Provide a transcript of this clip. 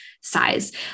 size